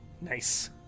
Nice